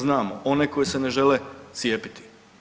Znamo, one koji se ne žele cijepiti.